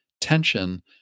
tension